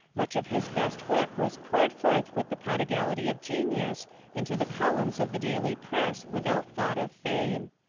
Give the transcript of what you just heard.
much of his best work was poured forth with the prod igality of genius into the columns of the daily press without thought of fame.